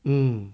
hmm